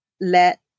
let